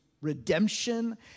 redemption